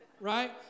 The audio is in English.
Right